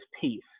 peace